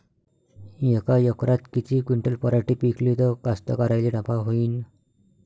यका एकरात किती क्विंटल पराटी पिकली त कास्तकाराइले नफा होईन?